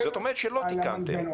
זאת אומרת שלא תיקנתם.